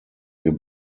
wir